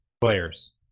players